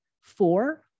Four